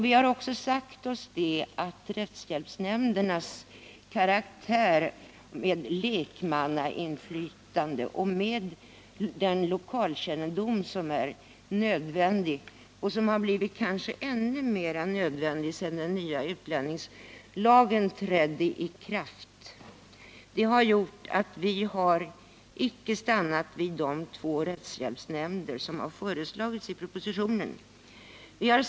Vi har också sagt oss att rättshjälpsnämndernas karaktär med lekmannainflytande och med den lokalkännedom som är nödvändig — och som kanske har blivit ännu nödvändigare sedan den nya utlänningslagen trädde i kraft — inte bör förändras. Vi har därför inte accepterat propositionens förslag om två rättshjälpsnämnder.